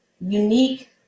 unique